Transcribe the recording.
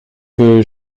que